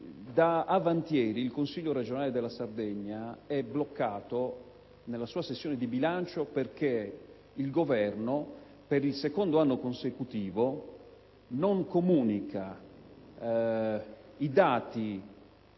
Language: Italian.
Da avant'ieri, il Consiglio regionale della Sardegna è bloccato nella sua sessione di bilancio perché il Governo, per il secondo anno consecutivo, non comunica i dati